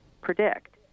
predict